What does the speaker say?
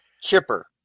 chipper